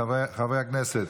חברי הכנסת